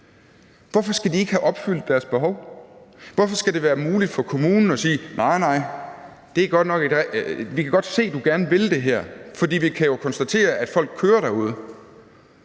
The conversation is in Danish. Hvorfor skal de ikke have opfyldt deres behov? Hvorfor skal det være muligt for kommunen at sige: Nej, nej, vi kan godt se, at du gerne vil det her, for vi kan jo konstatere, at folk kører derude?